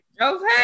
Okay